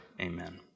Amen